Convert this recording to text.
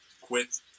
quit